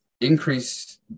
increase